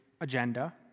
agenda